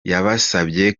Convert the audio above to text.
yabasabye